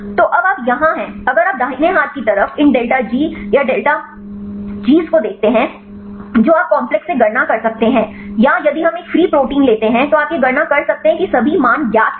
तो अब आप यहाँ हैं अगर आप दाहिने हाथ की तरफ इन डेल्टा G या डेल्टा Gs को देखते हैं जो आप काम्प्लेक्स से गणना कर सकते हैं या यदि हम एक फ्री प्रोटीन लेते हैं तो आप यह गणना कर सकते हैं कि सभी मान ज्ञात हैं